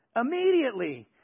Immediately